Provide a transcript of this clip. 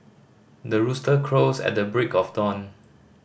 the rooster crows at the break of dawn